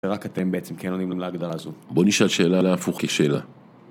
ורק אתם בעצם כן עונים להגדרה הזו. בוא נשאל שאלה להפוך כשאלה.